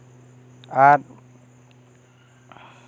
ᱟᱨ